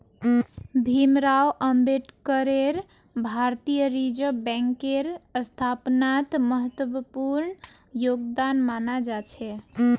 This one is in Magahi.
भीमराव अम्बेडकरेर भारतीय रिजर्ब बैंकेर स्थापनात महत्वपूर्ण योगदान माना जा छे